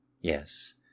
yes